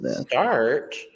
start